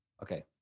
Okay